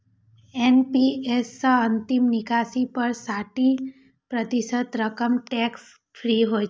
NPS सं अंतिम निकासी पर साठि प्रतिशत रकम टैक्स फ्री होइ छै